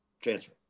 Transfer